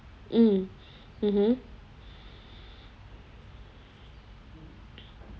mm mmhmm